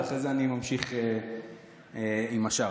ואחר כך אני ממשיך עם השאר.